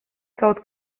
kaut